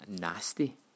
nasty